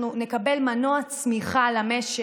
אנחנו נקבל מנוע צמיחה למשק,